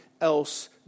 else